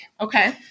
Okay